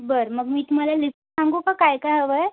बर मग मी तुम्हाला लिस्ट सांगू का काय काय हवं आहे